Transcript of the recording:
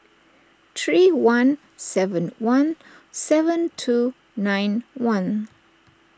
three one seven one seven two nine one